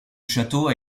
château